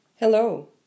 Hello